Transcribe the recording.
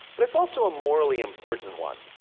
but it's also a morally important one.